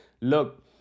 look